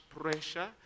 pressure